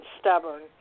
stubborn